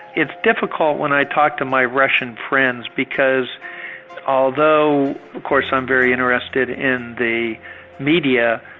it's difficult when i talk to my russian friends because although of course i'm very interested in the media,